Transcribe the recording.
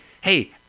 hey